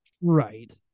Right